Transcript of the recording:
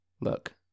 Look